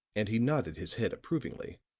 and he nodded his head approvingly,